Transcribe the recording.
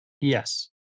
yes